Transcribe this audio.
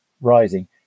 rising